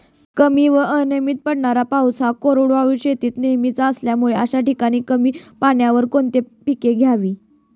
कमी व अनियमित पडणारा पाऊस हा कोरडवाहू शेतीत नेहमीचा असल्यामुळे अशा ठिकाणी कमी पाण्यावर कोणती पिके घ्यावी?